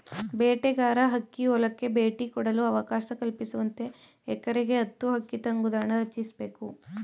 ಬೇಟೆಗಾರ ಹಕ್ಕಿ ಹೊಲಕ್ಕೆ ಭೇಟಿ ಕೊಡಲು ಅವಕಾಶ ಕಲ್ಪಿಸುವಂತೆ ಎಕರೆಗೆ ಹತ್ತು ಹಕ್ಕಿ ತಂಗುದಾಣ ರಚಿಸ್ಬೇಕು